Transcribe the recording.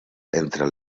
entre